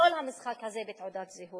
כל המשחק הזה בתעודת זהות,